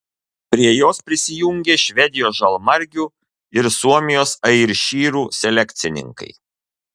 prie jos prisijungė švedijos žalmargių ir suomijos airšyrų selekcininkai